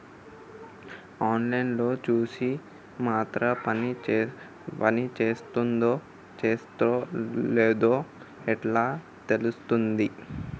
On line లో చూసి ఖాతా పనిచేత్తందో చేత్తలేదో ఎట్లా తెలుత్తది?